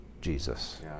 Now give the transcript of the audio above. Jesus